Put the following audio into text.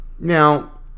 now